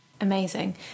amazing